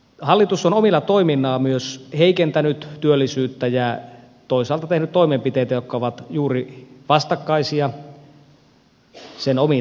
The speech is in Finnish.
hallitus on omilla toimillaan myös heikentänyt työllisyyttä ja toisaalta tehnyt toimenpiteitä jotka ovat juuri vastakkaisia sen omiin tavoitteisiin nähden